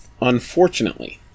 Unfortunately